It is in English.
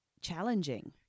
challenging